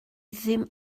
ddim